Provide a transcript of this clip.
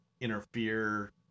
interfere